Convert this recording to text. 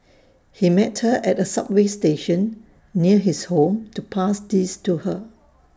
he met her at A subway station near his home to pass these to her